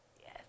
Yes